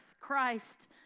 Christ